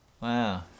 Wow